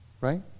right